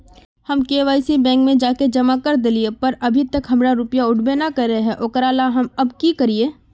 हम KYC bank में जाके जमा कर देलिए पर अभी तक हमर रुपया उठबे न करे है ओकरा ला हम अब की करिए?